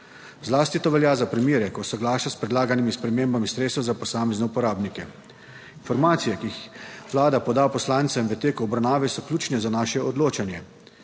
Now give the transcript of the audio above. Zlasti to velja za primere, ko soglaša s predlaganimi spremembami sredstev za posamezne uporabnike. Informacije, ki jih Vlada poda poslancem v teku obravnave, so ključne za naše odločanje.